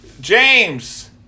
James